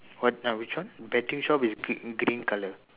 what uh which one betting shop is green green colour